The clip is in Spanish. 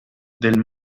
del